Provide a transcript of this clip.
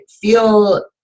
feel